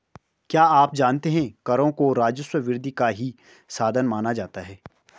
क्या आप जानते है करों को राजस्व वृद्धि का ही साधन माना जाता है?